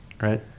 right